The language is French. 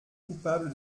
coupable